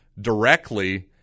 directly